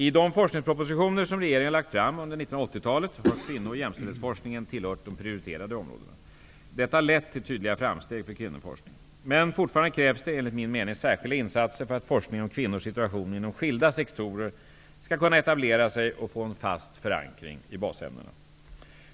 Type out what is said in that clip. I de forskningspropositioner som regeringen har lagt fram under 1980-talet har kvinno och jämställdhetsforskningen tillhört de prioriterade områdena. Detta har lett till tydliga framsteg för kvinnoforskningen. Men fortfarande krävs det enligt min mening särskilda insatser för att forskningen om kvinnors situation inom skilda sektorer skall kunna etablera sig och få en fast förankring i basämnena.